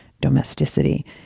domesticity